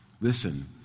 listen